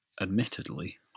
admittedly